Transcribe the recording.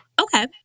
Okay